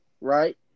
right